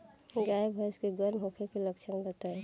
गाय भैंस के गर्म होखे के लक्षण बताई?